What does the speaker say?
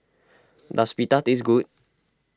does Pita taste good